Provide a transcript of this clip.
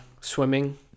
swimming